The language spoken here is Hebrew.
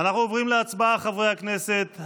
עוברים להצבעה, חברי הכנסת.